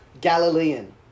Galilean